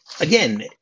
again